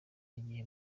igihe